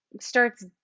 starts